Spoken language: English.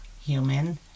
human